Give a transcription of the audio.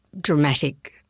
dramatic